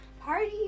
party